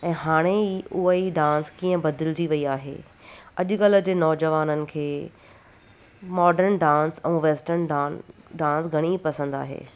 ऐं हाणे ई उअई डांस कीअं बदिलजी वई आहे अॼुकल्ह जे नौजवाननि खे मॉर्डन डांस ऐं वैस्टर्न डांस डांस घणाई पसंदि आहे